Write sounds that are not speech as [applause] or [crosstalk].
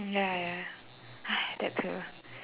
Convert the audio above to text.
ya ya [noise] that too